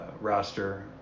roster